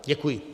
Děkuji.